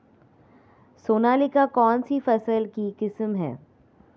सोनालिका कौनसी फसल की किस्म है?